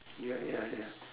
ya ya ya